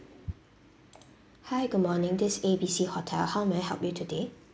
hi good morning this A_B_C hotel how may I help you today